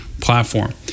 platform